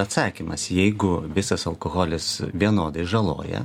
atsakymas jeigu visas alkoholis vienodai žaloja